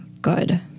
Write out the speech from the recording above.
good